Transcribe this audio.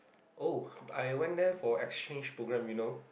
oh I went there for exchange programme you know